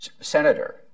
Senator